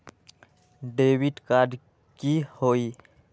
Debit card की होई?